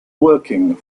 working